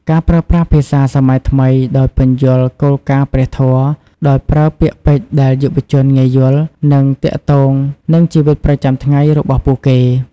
ការប្រើប្រាស់ភាសាសម័យថ្មី ដោយពន្យល់គោលការណ៍ព្រះធម៌ដោយប្រើពាក្យពេចន៍ដែលយុវជនងាយយល់ និងទាក់ទងនឹងជីវិតប្រចាំថ្ងៃរបស់ពួកគេ។